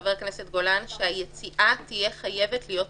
חבר הכנסת גולן, שהיציאה תהיה חייבת להיות מדורגת.